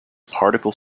particle